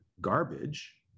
garbage